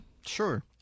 Sure